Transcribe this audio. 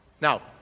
now